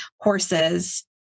horses